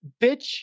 bitch